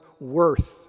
worth